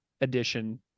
edition